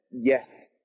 yes